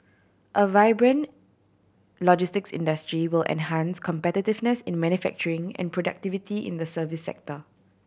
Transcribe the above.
a vibrant logistics industry will enhance competitiveness in manufacturing and productivity in the service sector